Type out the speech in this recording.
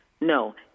No